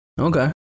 Okay